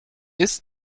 ist